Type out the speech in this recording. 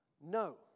No